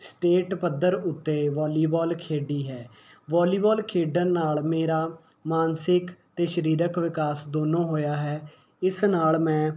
state ਪੱਧਰ ਉੱਤੇ volleyball ਖੇਡੀ ਹੈ ਵੋਲੀਬਾਲ ਖੇਡਣ ਨਾਲ ਮੇਰਾ ਮਾਨਸਿਕ ਅਤੇ ਸ਼ਰੀਰਕ ਵਿਕਾਸ ਦੋਨੋਂ ਹੋਇਆ ਹੈ ਇਸ ਨਾਲ ਮੈਂ